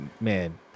Man